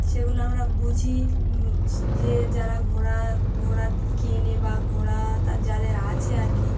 সেগুলো আমরা বুঝি যে যারা ঘোড়া ঘোড়া কেনে বা ঘোড়া যাদের আছে আর কি